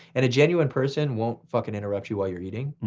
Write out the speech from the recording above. and a genuine person won't fucking interrupt you while you're eating.